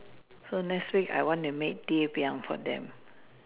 so next week I wanna make ti-piang for them